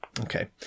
okay